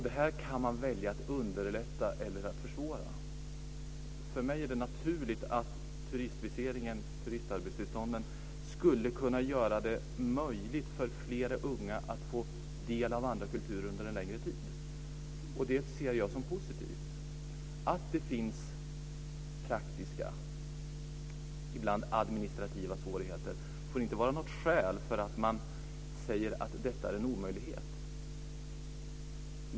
Det här kan man välja att underlätta eller att försvåra. För mig är det naturligt att turistarbetstillstånden ska kunna göra det möjligt för flera unga att få del av andra kulturer under en längre tid. Det ser jag som positivt. Att det finns praktiska och ibland administrativa svårigheter får inte vara något skäl för att man säger att detta är en omöjlighet.